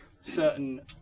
certain